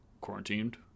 quarantined